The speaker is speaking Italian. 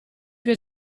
più